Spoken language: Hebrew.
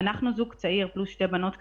אנחנו זוג צעיר, פלוס שתי בנות קטנות.